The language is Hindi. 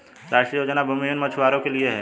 राष्ट्रीय योजना भूमिहीन मछुवारो के लिए है